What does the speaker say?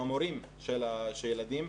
עם המורים של הילדים,